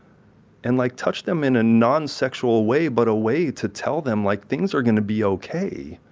and like touch them in a non-sexual way but a way to tell them, like things are going to be okay.